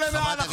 תודה.